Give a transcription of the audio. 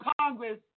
Congress